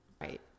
Right